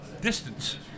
distance